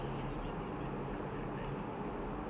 it's been a while since I touch that game